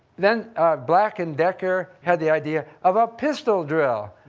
then black and decker had the idea of a pistol drill.